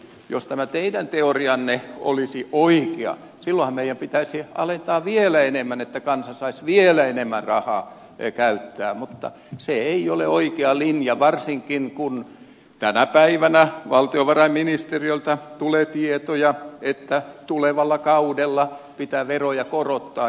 jos tämä teidän teorianne olisi oikea silloinhan meidän pitäisi alentaa vielä enemmän jotta kansa saisi vielä enemmän rahaa käyttää mutta se ei ole oikea linja varsinkaan kun tänä päivänä valtiovarainministeriöltä tulee tietoja että tulevalla kaudella pitää veroja korottaa